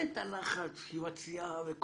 אין לחץ של ישיבת סיעה.